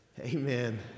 amen